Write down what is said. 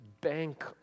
bank